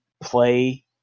play